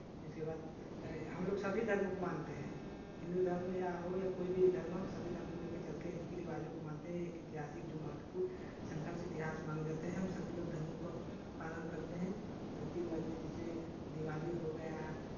इसके बाद हमलोग सभी धर्मों को मानते हैं हिन्दू धर्म या हो या कोई भी धर्म हो हम सभी धर्म को ले के चलते हैं रीति रिवाजों को मानते हैं ऐतिहासिक जो महत्वपूर्ण संघर्ष इतिहास माने जाते हैं हम सभी लोग धर्मों को पालन करते हैं रीति रिवाज जैसे दिवाली हो गया